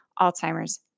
Alzheimer's